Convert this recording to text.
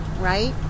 right